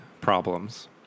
problems